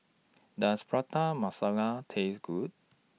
Does Prata Masala Taste Good